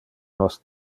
nos